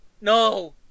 No